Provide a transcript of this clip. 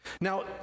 Now